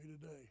today